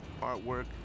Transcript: artwork